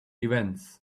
events